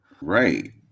right